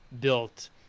built